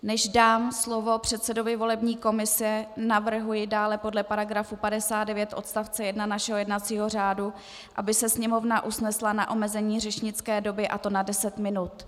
Než dám slovo předsedovi volební komise, navrhuji dále podle § 59 odst. 1 našeho jednacího řádu, aby se Sněmovna usnesla na omezení řečnické doby, a to na deset minut.